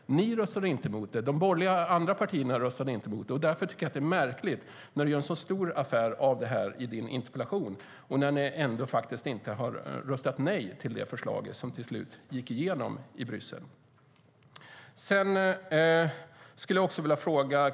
Ni röstade inte mot det, Annie Lööf. De andra borgerliga partierna röstade inte mot det. Därför tycker jag att det är märkligt att du gör en så stor affär av detta i din interpellation då ni ju inte röstade nej till det förslag som till slut gick igenom i Bryssel.